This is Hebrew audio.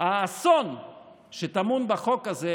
האסון שטמון בחוק הזה